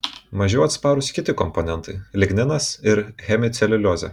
mažiau atsparūs kiti komponentai ligninas ir hemiceliuliozė